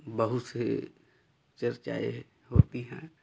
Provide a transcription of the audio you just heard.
बहुत से चर्चाएँ होती है